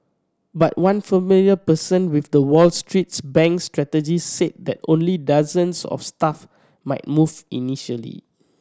but one familiar person with the Wall Street bank's strategy said that only dozens of staff might move initially